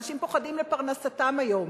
אנשים פוחדים לפרנסתם היום.